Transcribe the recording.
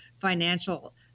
financial